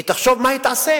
היא תחשוב מה היא תעשה